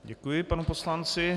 Děkuji panu poslanci.